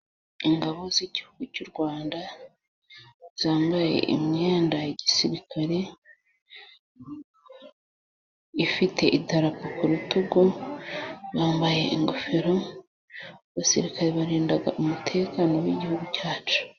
Ingabo z'igihugu cy'u Rwanda zambaye imyenda ya gisirikare. Ifite idarapo ku rutugu. Bambaye ingofero, abasirikare barinda umutekano w'igihugu cyacu.